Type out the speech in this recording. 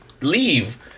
leave